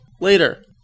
later